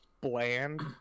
bland